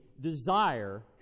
desire